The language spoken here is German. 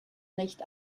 nicht